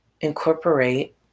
incorporate